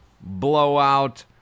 blowout